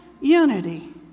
unity